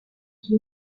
qui